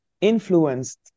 influenced